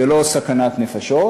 זה לא סכנת נפשות,